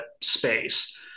space